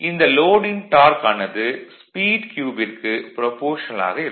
இந்த லோடின் டார்க் ஆனது ஸ்பீட் க்யூபிற்கு ப்ரபோஷனல் ஆக இருக்கும்